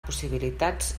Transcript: possibilitats